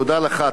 תודה לך.